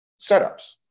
setups